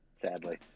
Sadly